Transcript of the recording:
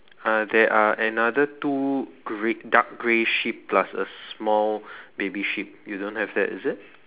uh there are another two grey dark grey sheep plus a small baby sheep you don't have that is it